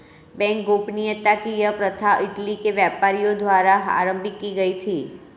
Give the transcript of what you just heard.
bank गोपनीयता की यह प्रथा इटली के व्यापारियों द्वारा आरम्भ की गयी थी